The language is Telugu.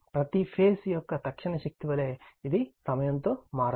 ప్రతి ఫేజ్ యొక్క తక్షణ శక్తి వలె ఇది సమయంతో మారదు